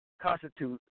constitute